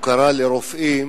הוקרה לרופאים,